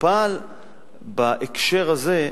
טופל בהקשר הזה,